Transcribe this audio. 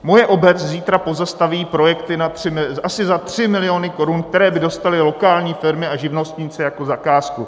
Moje obec zítra pozastaví projekty asi za 3 miliony korun, které by dostaly lokální firmy a živnostníci jako zakázku.